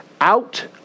out